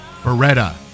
Beretta